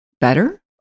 better